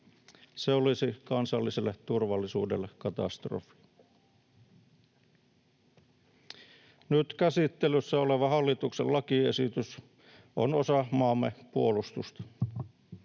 Se olisi kansalliselle turvallisuudelle katastrofi. Nyt käsittelyssä oleva hallituksen lakiesitys on osa maamme puolustusta.